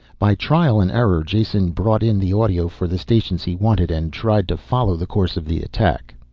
by trial and error jason brought in the audio for the stations he wanted and tried to follow the course of the attack.